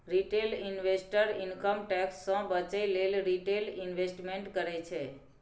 retail investor income tax सँ बचय लेल रिटेल इंवेस्टमेंट करय छै